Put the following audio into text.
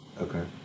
okay